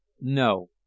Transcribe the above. No